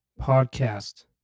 podcast